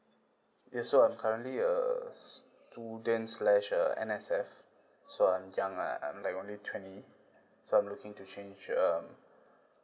yes so I'm currently a student slash uh N_S_F so I'm young uh I'm like only twenty I'm looking to change um